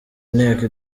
nteko